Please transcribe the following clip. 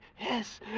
Yes